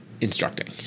instructing